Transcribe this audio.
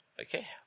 Okay